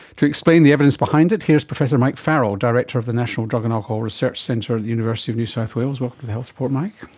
to explain the evidence behind it, here is professor mike farrell, director of the national drug and alcohol research centre at the university of new south wales. welcome to the health report mike.